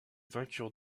vainqueur